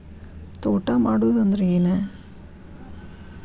ತೋಟ ಮಾಡುದು ಅಂದ್ರ ಏನ್?